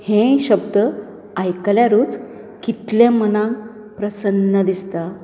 हें शब्द आयकल्यारूच कितलें मनाक प्रसन्न दिसता